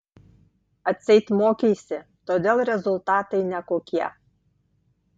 atseit mokeisi todėl rezultatai nekokie